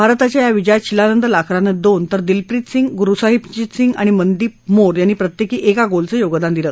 भारताच्या या विजयात शिलानंद लाक्रानं दोन तर दिलप्रित सिंग गुरुसाहिबजीत सिंग आणि मनदीप मोर यांनी प्रत्येकी एका गोलचं योगदान दिलं